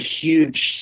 huge